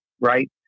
Right